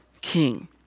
king